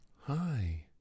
Hi